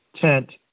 tent